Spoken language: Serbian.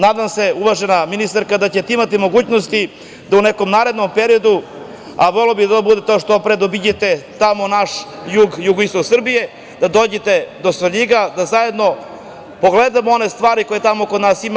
Nadam se, uvažena ministarka, da ćete imati mogućnosti da u nekom narednom periodu, a voleo bih da to bude što pre, obiđete naš jug, jugoistok Srbije, da dođete do Svrljiga, da zajedno pogledamo one stvari koje tamo kod nas ima.